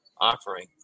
offering